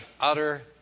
utter